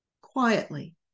Quietly